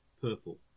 purple